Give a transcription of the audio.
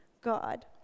God